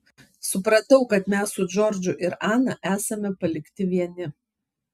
supratau kad mes su džordžu ir ana esame palikti vieni